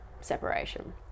separation